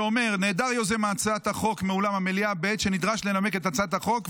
שאומר: "נעדר יוזם הצעת החוק מאולם המליאה בעת שנדרש לנמק את הצעת החוק,